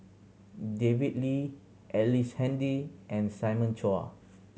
David Lee Ellice Handy and Simon Chua